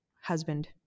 husband